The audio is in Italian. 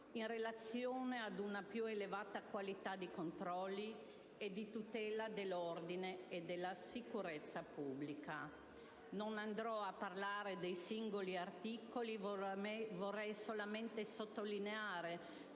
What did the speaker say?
in relazione ad una più elevata qualità dei controlli a tutela dell'ordine e della sicurezza pubblica. Non mi dilungherò sui singoli articoli. Desidero solo sottolineare